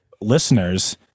listeners